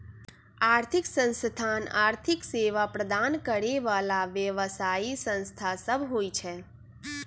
आर्थिक संस्थान आर्थिक सेवा प्रदान करे बला व्यवसायि संस्था सब होइ छै